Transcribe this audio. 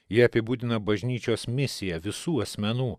jie apibūdina bažnyčios misiją visų asmenų